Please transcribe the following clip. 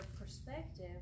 perspective